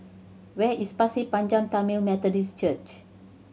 where is Pasir Panjang Tamil Methodist Church